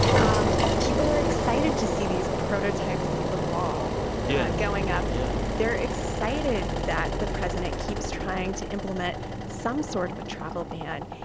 um people are excited to see these prototypes of the wall yeah going up. yeah they're excited that the president keeps trying to implement some sort of a travel ban.